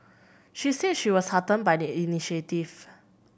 she said she was heartened by the initiative